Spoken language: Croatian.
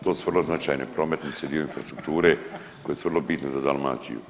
To su vrlo značajne prometnice, dio infrastrukture koje su vrlo bitne za Dalmaciju.